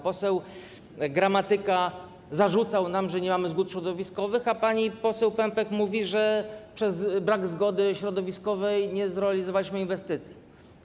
Poseł Gramatyka zarzucał nam, że nie mamy zgód środowiskowych, a pani poseł Pępek mówi, że przez brak zgody środowiskowej nie zrealizowaliśmy inwestycji.